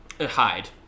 Hide